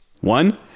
One